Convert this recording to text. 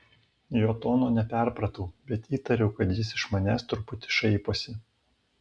jo tono neperpratau bet įtariau kad jis iš manęs truputį šaiposi